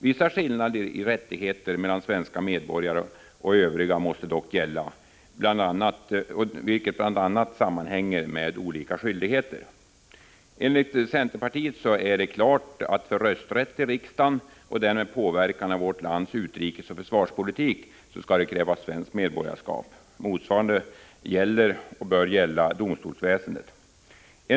Vissa skillnader i rättigheter mellan svenska medborgare och övriga måste dock gälla, vilket bl.a. sammanhänger med olika skyldigheter. Enligt centerpartiet är det klart att för rösträtt till riksdagen och därmed påverkan av vårt lands utrikesoch försvarspolitik skall krävas svenskt medborgarskap. Motsvarande krav gäller och bör gälla domstolsväsendet.